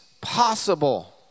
possible